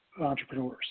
entrepreneurs